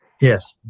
Yes